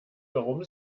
warum